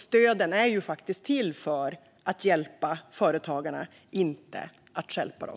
Stöden är ju faktiskt till för att hjälpa företagarna, inte stjälpa dem.